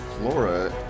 Flora